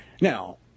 Now